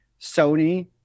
Sony